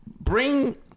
Bring